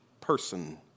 person